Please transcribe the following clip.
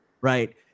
Right